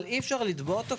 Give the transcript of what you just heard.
אבל אי אפשר לתבוע אותו,